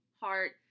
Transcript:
heart